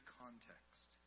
context